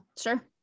sure